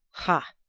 ha,